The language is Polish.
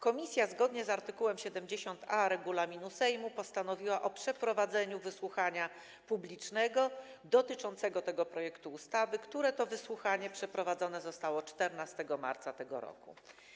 Komisja, zgodnie z art. 70a regulaminu Sejmu, postanowiła o przeprowadzeniu wysłuchania publicznego dotyczącego tego projektu ustawy, które to wysłuchanie przeprowadzone zostało 14 marca tego roku.